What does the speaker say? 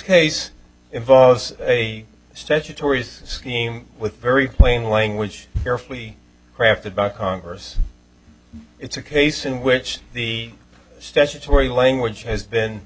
case involves a statutory scheme with very plain language carefully crafted by congress it's a case in which the statutory language has then